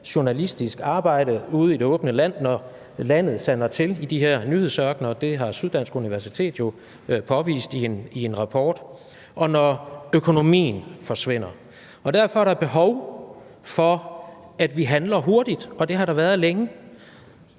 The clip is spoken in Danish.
journalistisk arbejde ude i det åbne land, når landet sander til i de her nyhedsørkener – det har Syddansk Universitet jo påvist i en rapport – og når økonomien forsvinder. Derfor er der behov for, at vi handler hurtigt, og det har der været længe.